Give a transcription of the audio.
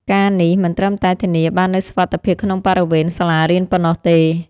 ការណ៍នេះមិនត្រឹមតែធានាបាននូវសុវត្ថិភាពក្នុងបរិវេណសាលារៀនប៉ុណ្ណោះទេ។